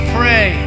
pray